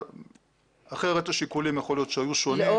אחרת השיקולים יכול להיות שהיו שונים,